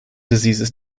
diseases